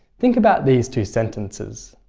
think about these two sentences